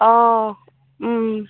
অঁ